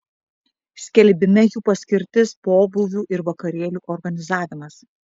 skelbime jų paskirtis pobūvių ir vakarėlių organizavimas